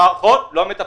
המערכות לא מתפקדות.